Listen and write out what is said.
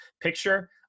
Picture